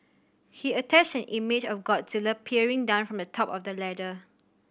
he attached an image of Godzilla peering down from the top of the ladder